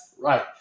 Right